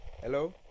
Hello